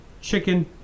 chicken